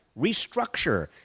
restructure